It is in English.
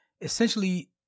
essentially